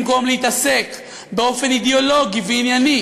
במקום להתעסק באופן אידיאולוגי וענייני